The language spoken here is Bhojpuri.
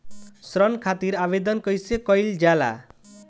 ऋण खातिर आवेदन कैसे कयील जाला?